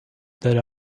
that